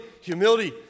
humility